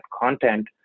content